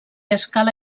escala